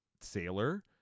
sailor